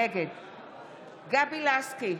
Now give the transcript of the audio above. נגד גבי לסקי,